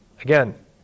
Again